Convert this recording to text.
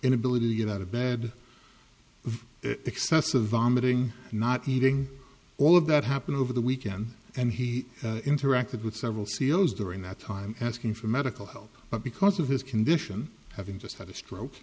inability to get out of bed excessive vomiting not eating all of that happened over the weekend and he interacted with several ceo's during that time asking for medical help but because of his condition having just had a stroke